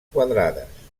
quadrades